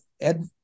Ed